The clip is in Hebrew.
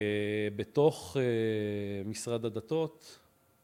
בתוך משרד הדתות...